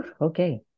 Okay